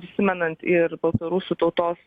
prisimenant ir rusų tautos